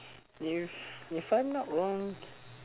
if if I'm not wrong